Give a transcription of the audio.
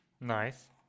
Nice